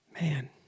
Man